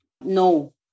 No